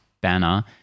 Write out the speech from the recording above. banner